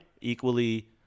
equally